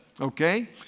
okay